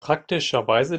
praktischerweise